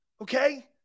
Okay